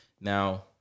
Now